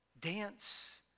dance